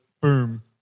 Boom